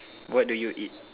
what do you eat